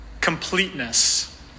completeness